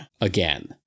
again